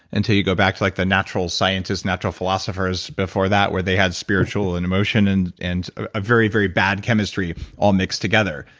until you go back to like the natural scientists, natural philosophers before that, where they had spiritual and emotion and and a very, very bad chemistry all mixed together.